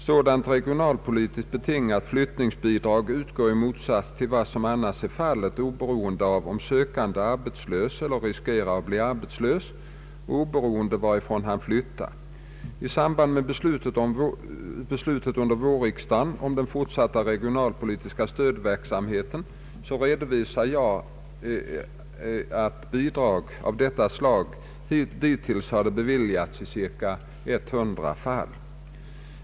Sådant regionalpolitiskt betingat flyttningsbidrag utgår i motsats till vad som annars är fallet oberoende av om sökanden är arbetslös eller riskerar bli arbetslös och oberoende av varifrån han flyttar. I samband med beslutet under vårriksdagen om den fortsatta regionalpolitiska stödverksamheten redovisade jag att bidrag av detta slag dittills hade beviljats i ca 100 fall.